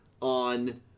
on